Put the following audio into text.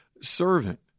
servant